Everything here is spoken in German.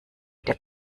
der